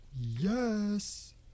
Yes